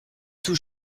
tout